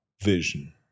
vision